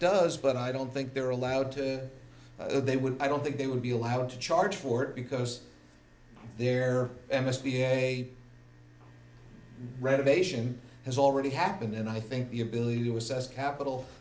does but i don't think they're allowed to they would i don't think they would be allowed to charge for it because there must be a renovation has already happened and i think the ability to assess capit